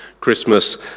Christmas